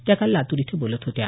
त्या काल लातूर इथं बोलत होत्या